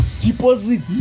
deposit